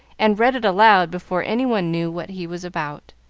and read it aloud before any one knew what he was about.